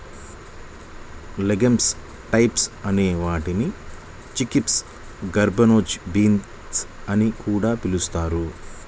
legumes types అనే వాటిని chickpeas, garbanzo beans అని కూడా పిలుస్తారు